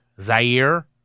Zaire